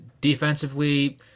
defensively